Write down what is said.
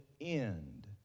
end